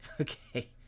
okay